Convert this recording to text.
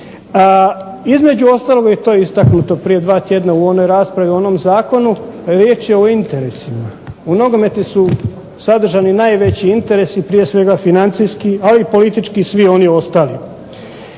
Između ostalog i to je istaknuto prije dva tjedna u onoj raspravi o onom zakonu, riječ je o interesima. U nogometu su sadržani najveći interesi prije svega financijski, a i politički, svi oni ostali.